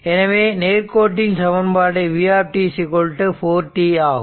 எனவே நேர்கோட்டின் சமன்பாடு ஆனது v 4t ஆகும்